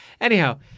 Anyhow